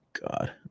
God